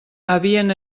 havien